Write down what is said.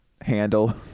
handle